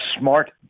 smart